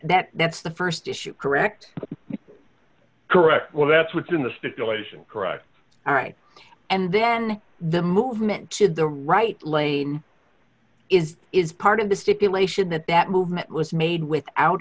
that that's the st issue correct correct well that's what's in the stipulation cried all right and then the movement to the right lane is is part of the stipulation that that movement was made without